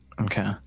Okay